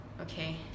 Okay